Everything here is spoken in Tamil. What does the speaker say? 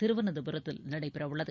திருவனந்தபுரத்தில் நடைபெறவுள்ளது